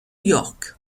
york